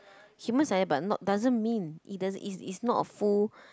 but not doesn't mean it doesn't it's it's not a full